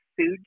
Food